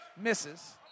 Misses